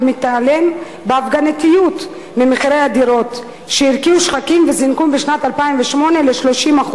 ומתעלם בהפגנתיות ממחירי הדירות שהרקיעו שחקים וזינקו משנת 2008 ב-30%.